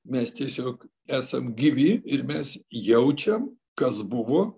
mes tiesiog esam gyvi ir mes jaučiam kas buvo